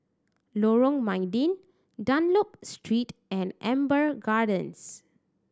Lorong Mydin Dunlop Street and Amber Gardens